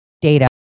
data